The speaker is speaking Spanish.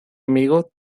amigo